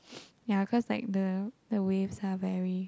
ya cause like the the waves are very